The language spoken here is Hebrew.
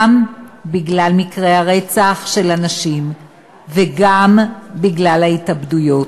גם בגלל מקרי הרצח של הנשים וגם בגלל ההתאבדויות.